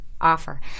Offer